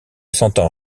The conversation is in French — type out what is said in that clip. sentant